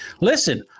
Listen